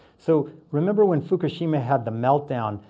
so remember when fukushima had the meltdown.